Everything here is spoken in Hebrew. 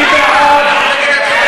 מי בעד?